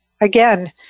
again